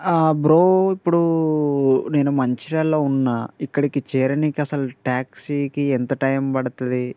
bro ఇప్పుడు నేను మంచిర్యాలలో ఉన్న ఇక్కడికి చేరడానికి అసలు ట్యాక్సీకి ఎంత టైం పడుతుంది